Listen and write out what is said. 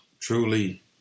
truly